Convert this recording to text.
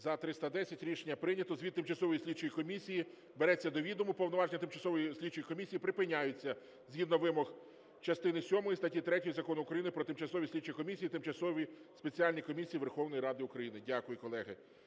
За-310 Рішення прийнято. Звіт тимчасової слідчої комісії береться до відома. Повноваження звіт тимчасової слідчої комісії припиняються згідно вимог частини сьомої статті 3 Закону України "Про тимчасові слідчі комісії і тимчасові спеціальні комісії Верховної Ради України". Дякую, колеги.